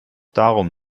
darum